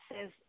says